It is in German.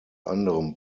anderem